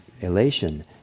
elation